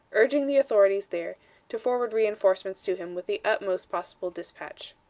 urging the authorities there to forward re-enforcements to him with the utmost possible dispatch.